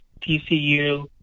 TCU